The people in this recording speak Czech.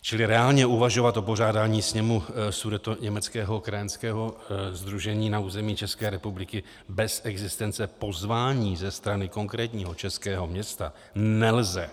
Čili reálně uvažovat o pořádání sněmu Sudetoněmeckého krajanského sdružení na území ČR bez existence pozvání ze strany konkrétního českého města nelze.